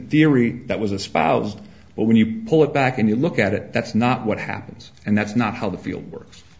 theory that was a spouse but when you pull it back and you look at it that's not what happens and that's not how the field works